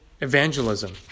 evangelism